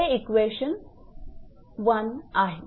हे इक्वेशन 1 आहे